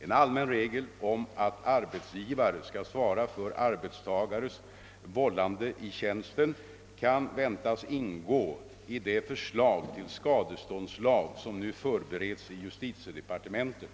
En allmän regel om att arbetsgivare skall svara för arbetstagares vållande i tjänsten kan väntas ingå i det förslag till skadeståndslag som nu förbereds i justitiedepartementet.